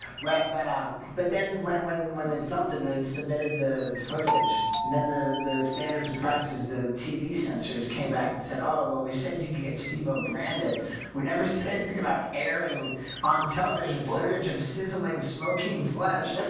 right? but i'm but then when when when in some didn't they've submitted the footage then the the standards and practices the tv censors came back and said oh well we said you get steve-o branded we never say anything about airing on television footage of sizzling smoking flesh